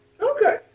okay